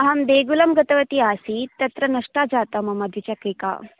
अहं देगुलं गतवती आसीत् तत्र नष्टा जाता मम द्विचक्रिका